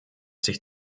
sich